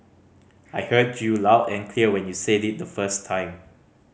I heard you loud and clear when you said it the first time